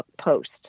post